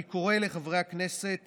אני קורא לחברי הכנסת